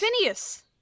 Phineas